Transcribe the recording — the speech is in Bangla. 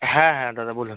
হ্যাঁ হ্যাঁ দাদা বলুন